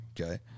Okay